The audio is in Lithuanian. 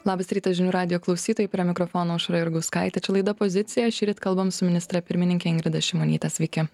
labas rytas žinių radijo klausytojai prie mikrofono aušra jurgauskaitė čia laida pozicija šįryt kalbam su ministre pirmininke ingrida šimonyte sveiki